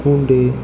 கூண்டு